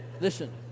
Listen